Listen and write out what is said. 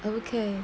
I would care